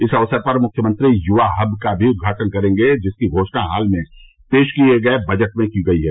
इस अवसर पर मुख्यमंत्री युवा हब का भी उद्घाटन करेंगे जिसकी घोषणा हाल में पेश किये गये बजट में गई है